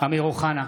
אמיר אוחנה,